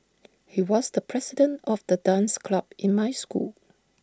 he was the president of the dance club in my school